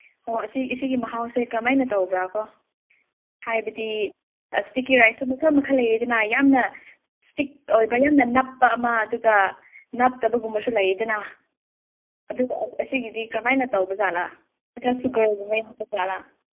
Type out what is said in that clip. ꯑꯣ ꯑꯁꯤ ꯑꯁꯤꯒꯤ ꯃꯍꯥꯎꯁꯦ ꯀꯃꯥꯏꯅ ꯇꯧꯕ꯭ꯔꯥꯀꯣ ꯍꯥꯏꯕꯗꯤ ꯏꯁꯇꯤꯀꯤ ꯔꯥꯏꯁꯇ ꯃꯈꯜ ꯃꯈꯜ ꯂꯩꯌꯦꯗꯅ ꯌꯥꯝꯅ ꯏꯁꯇꯤꯛ ꯑꯣꯏꯕ ꯌꯥꯝꯅ ꯅꯞꯄ ꯑꯃ ꯑꯗꯨꯒ ꯅꯞꯇꯒꯨꯝꯕꯁꯨ ꯂꯩꯌꯦꯗꯅ ꯑꯗꯨꯒ ꯑꯁꯤꯒꯤꯗꯤ ꯀꯃꯥꯏꯅ ꯇꯧꯕꯖꯥꯠꯂꯥ ꯃꯊꯛꯇ ꯒꯝꯒꯨꯝꯕ ꯌꯥꯎꯕꯖꯥꯠꯂꯥ